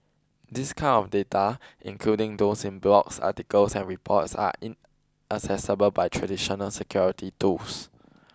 this kind of data including those in blogs articles and reports are inaccessible by traditional security tools